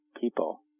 people